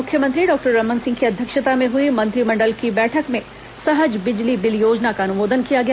मुख्यमंत्री डॉक्टर रमन सिंह की अध्यक्षता में हुई मंत्रिमंडल की बैठक में सहज बिजली बिल योजना का अनुमोदन किया गया